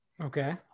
okay